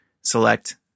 select